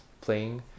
playing